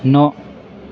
न'